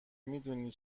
میدونی